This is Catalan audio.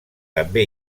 també